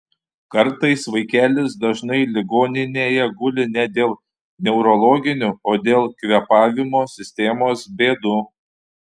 kartais vaikelis dažnai ligoninėje guli ne dėl neurologinių o dėl kvėpavimo sistemos bėdų